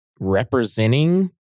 representing